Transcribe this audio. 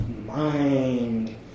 Mind